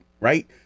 right